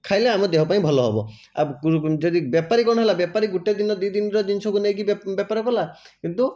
ଖାଇଲେ ଆମ ଦେହ ପାଇଁ ଭଲ ହେବ ଆଉ ଯଦି ବେପାରୀ କଣ ହେଲା ବେପାରୀ ଗୋଟେ ଦିନ ଦି ଦିନର ଜିନିଷକୁ ନେଇକି ବେପାର କଲା କିନ୍ତୁ